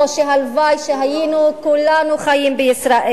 או: הלוואי שהיינו כולנו חיים בישראל?